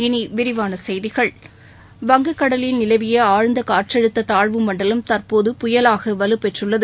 இனி விரிவான செய்திகள் வங்கக் கடலில் நிலவிய ஆழ்ந்த காற்றழுத்த தாழ்வு மண்டலம் தற்போது புயலாக வலுப்பெற்றுள்ளது